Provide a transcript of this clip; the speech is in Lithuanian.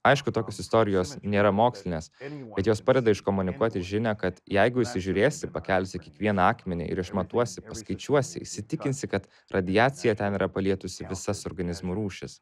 aišku tokios istorijos nėra mokslinės bet jos padeda iškomunikuoti žinią kad jeigu įsižiūrėsi ir pakelsi kiekvieną akmenį ir išmatuosi skaičiuosi įsitikinsi kad radiacija ten yra palietusi visas organizmų rūšis